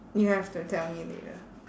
you have to tell me later